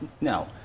No